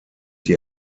die